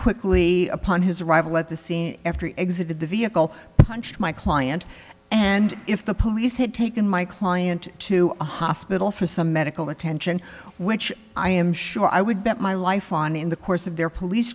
quickly upon his arrival at the scene after exited the vehicle punched my client and if the police had taken my client to a hospital for some medical attention which i am sure i would bet my life on in the course of their police